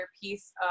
piece